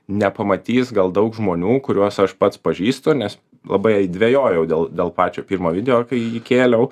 nepamatys gal daug žmonių kuriuos aš pats pažįstu nes labai dvejojau dėl dėl pačio pirmo video kai į jį įkėliau